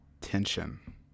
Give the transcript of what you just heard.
tension